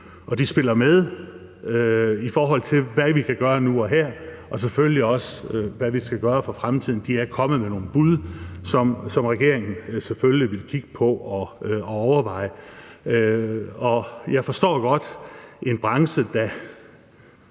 spiller ind og med i forhold til, hvad vi kan gøre nu og her, og selvfølgelig også i forhold til, hvad vi skal gøre for fremtiden. Branchen er kommet med nogle bud, som regeringen selvfølgelig vil kigge på og overveje. Jeg forstår godt en branche,